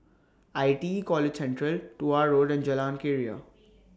I T E College Central Tuah Road and Jalan Keria